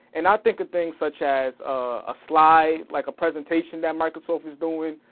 and i think of things such as a slide, like a presentation that microsoft is doing,